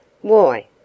Why